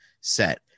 set